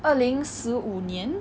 二零十五年